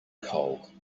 cold